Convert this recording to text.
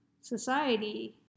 society